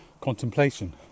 contemplation